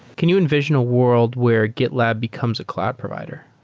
can you envision a world where gitlab becomes a cloud provider?